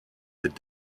that